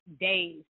days